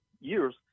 years